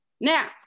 Now